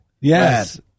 Yes